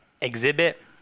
exhibit